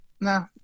No